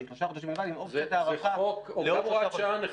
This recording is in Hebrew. עם אופציית הארכה לעוד שלושה חודשים.